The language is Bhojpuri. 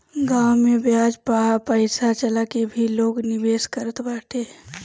गांव में बियाज पअ पईसा चला के भी लोग निवेश करत बाटे